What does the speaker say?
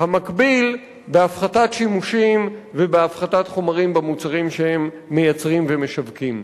המקביל בהפחתת שימושים ובהפחתת חומרים במוצרים שהם מייצרים ומשווקים.